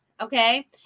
okay